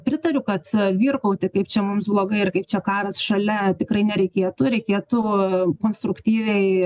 pritariu kad vyrkauti kaip čia mums blogai ir kaip čia karas šalia tikrai nereikėtų reikėtų konstruktyviai